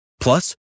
Plus